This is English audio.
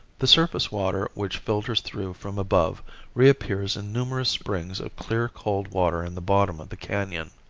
the surface water which filters through from above reappears in numerous springs of clear cold water in the bottom of the canon.